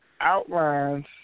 outlines